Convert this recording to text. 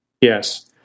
Yes